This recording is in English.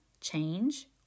change